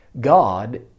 God